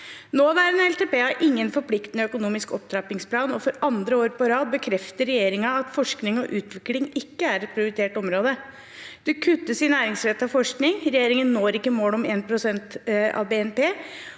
Nåværende LTP har ingen forpliktende økonomisk opptrappingsplan, og for andre år på rad bekrefter regjeringen at forskning og utvikling ikke er et prioritert område. Det kuttes i næringsrettet forskning. Regjeringen når ikke målet om 1 pst. av BNP,